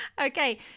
Okay